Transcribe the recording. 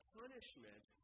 punishment